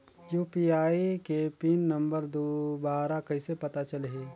UPI के pin number दुबारा कइसे पता चलही?